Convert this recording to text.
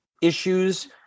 issues